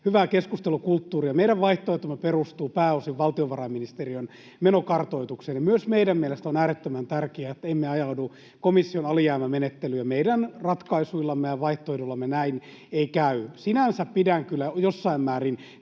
hyvää keskustelukulttuuria. Meidän vaihtoehtomme perustuu pääosin valtiovarainministeriön menokartoitukseen, ja myös meidän mielestä on äärettömän tärkeää, että emme ajaudu komission alijäämämenettelyyn. Meidän ratkaisuillamme ja vaihtoehdoillamme näin ei käy. Sinänsä pidän kyllä jossain määrin